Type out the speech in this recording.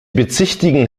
bezichtigen